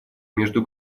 между